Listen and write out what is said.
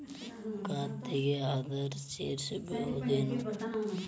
ಖಾತೆಗೆ ಆಧಾರ್ ಸೇರಿಸಬಹುದೇನೂ?